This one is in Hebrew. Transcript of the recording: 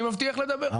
אני מבטיח לדבר.